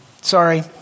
Sorry